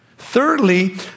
Thirdly